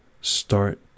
Start